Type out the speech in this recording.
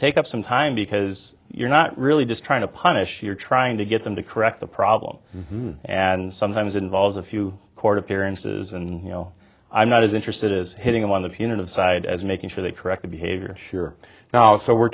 take up some time because you're not really just trying to punish you're trying to get them to correct the problem and sometimes it involves a few court appearances and you know i'm not as interested as hitting them on the punitive side as making sure they correct the behavior sure now so we're